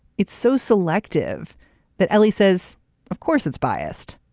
it's so selective that ali says of course it's biased.